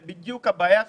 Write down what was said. זאת בדיוק הבעיה התזרימית.